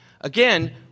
Again